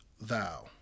thou